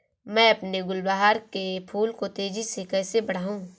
मैं अपने गुलवहार के फूल को तेजी से कैसे बढाऊं?